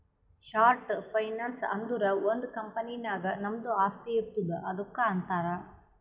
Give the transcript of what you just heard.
short finance ಅಂದುರ್ ಒಂದ್ company ನಾಗ್ ನಮ್ದು ಆಸ್ತಿ ಇರ್ತುದ್ ಅದುಕ್ಕ ಅಂತಾರ್